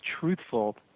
truthful